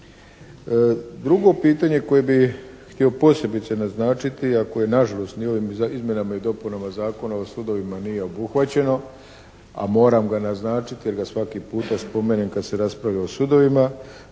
Drugo pitanje koje bi htio posebice naznačiti a koje nažalost ni ovim izmjenama i dopunama Zakona o sudovima nije obuhvaćeno a moram ga naznačiti jer ga svaki puta spomenem kad se raspravlja o sudovima.